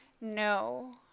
no